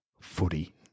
footy